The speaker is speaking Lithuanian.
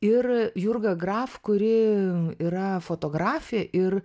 ir jurga graf kuri yra fotografė ir